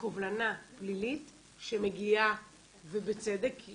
לקובלנה פלילית שמגיעה ובצדק, כי